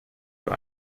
für